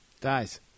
dies